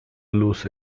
luz